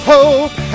Hope